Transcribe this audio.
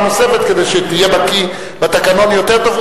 נוספת כדי שתהיה בקי בתקנון יותר טוב.